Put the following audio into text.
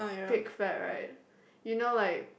pig fat right you know like